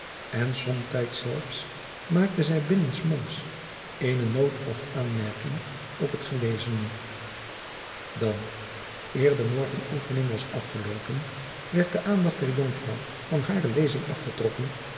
en somtijds zelfs maakte zij binnen s monds eene noot of aanmerking op het gelezene jacob van lennep de pleegzoon dan eer de morgenoefening was afgeloopen werd de aandacht der jonkvrouw van hare lezing afgetrokken